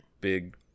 big